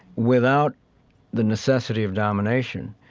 without the necessity of domination.